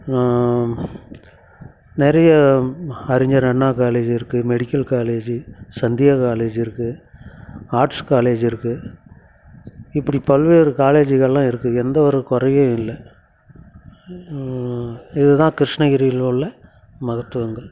நிறைய அறிஞர் அண்ணா காலேஜ் இருக்கு மெடிக்கல் காலேஜி சந்தியா காலேஜி இருக்கு ஆர்ட்ஸ் காலேஜ் இருக்கு இப்டி பல்வேறு காலேஜிகள்லாம் இருக்கு எந்த ஒரு குறையும் இல்லை இது தான் கிருஷ்ணகிரியில் உள்ள மகத்துவங்கள்